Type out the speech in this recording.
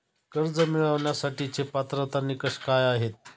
कर्ज मिळवण्यासाठीचे पात्रता निकष काय आहेत?